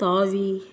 தாவி